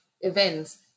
events